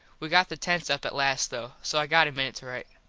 we got the tents up at last, though, so i got a minit to rite.